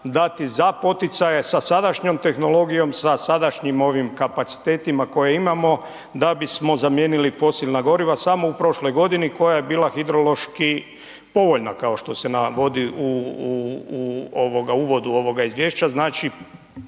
dati za poticaje sa sadašnjom tehnologijom, sa sadašnjim kapacitetima koje imamo da bismo zamijenili fosilna goriva samo u prošloj godini koja je bila hidrološki povoljna kao što se navodi u uvodu ovog izvješća. Znači